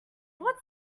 what